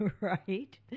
Right